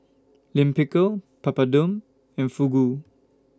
Lime Pickle Papadum and Fugu